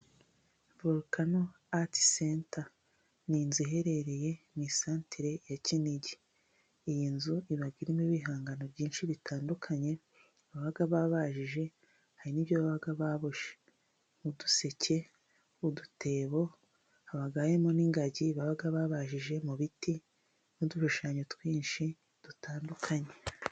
Volukano ati senta ni inzu iherereye mu isantire ya kinigi .Iyi nzu iba irimo ibihangano byinshi bitandukanye baba babajije hari n'ibyo baba baboshye. Uduseke, udutebo haba harimo n'ingagi baba babajije mu biti n'udushushanyo twinshi dutandukanye.